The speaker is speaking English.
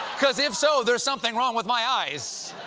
because, if so, there's something wrong with my eyes.